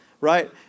Right